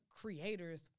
creators